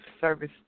service